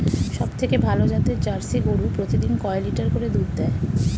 সবথেকে ভালো জাতের জার্সি গরু প্রতিদিন কয় লিটার করে দুধ দেয়?